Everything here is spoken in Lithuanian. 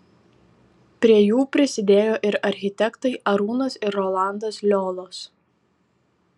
prie jų prisidėjo ir architektai arūnas ir rolandas liolos